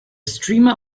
streamer